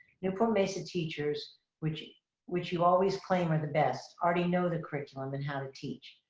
newport-mesa teachers which you which you always claim are the best already know the curriculum and how to teach.